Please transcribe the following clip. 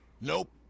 Nope